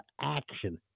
action